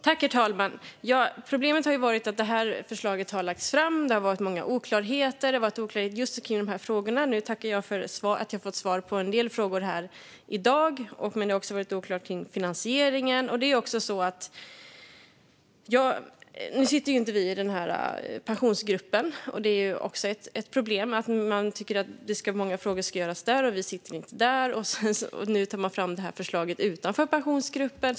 Herr talman! Problemet har varit att det här förslaget har lagts fram men att det har varit många oklarheter kring de här frågorna - nu tackar jag för att jag har fått svar på en del av dem här i dag - och kring finansieringen. Vi sitter inte i Pensionsgruppen, och det är också ett problem att man tycker att många frågor ska hanteras där och vi inte sitter där - och nu tar man fram det här förslaget utanför Pensionsgruppen.